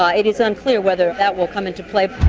um it is unclear whether that will come into play.